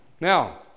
Now